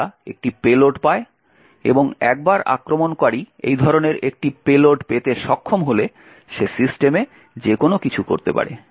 তারা একটি পেলোড পায় এবং একবার আক্রমণকারী এই ধরনের একটি পেলোড পেতে সক্ষম হলে সে সিস্টেমে যে কোনও কিছু করতে পারে